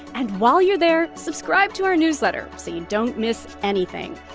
and while you're there, subscribe to our newsletter so you don't miss anything.